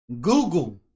Google